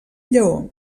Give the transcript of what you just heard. lleó